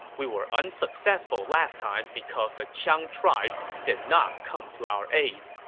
we were unsuccessful last time because the qiang tribes did not come to our aid.